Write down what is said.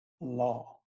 law